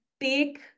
take